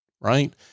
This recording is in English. right